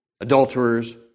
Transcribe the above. adulterers